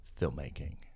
filmmaking